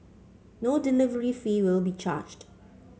no delivery fee will be charged